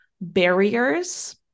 barriers